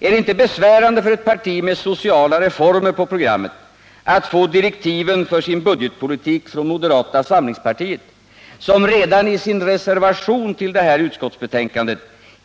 Är det inte besvärande för ett parti med sociala reformer på programmet att få direktiven för sin budgetpolitik från moderata samlingspartiet, som redan i sin reservation till finansutskottets betänkande